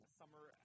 summer